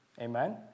Amen